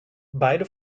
beide